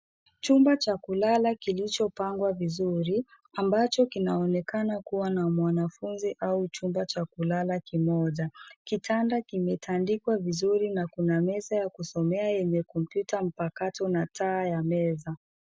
Chumba cha kulala kilichopangwa vizuri ambacho kinaonekana kuwa na mwanafunzi au chumba cha kulala kimoja. Kitanda kimetandikwa vizuri na kuna meza ya kusomea yenye kompyuta mpakato na taa ya meza.